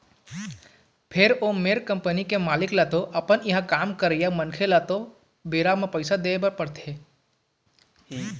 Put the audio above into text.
फेर ओ मेर कंपनी के मालिक ल तो अपन इहाँ काम करइया मनखे मन ल तो बेरा म पइसा देय बर तो पड़थे ही